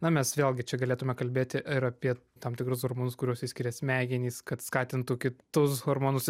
na mes vėlgi čia galėtume kalbėti ir apie tam tikrus hormonus kuriuos išskiria smegenys kad skatintų kitus hormonus